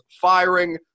firing